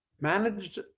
managed